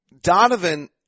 Donovan